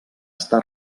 està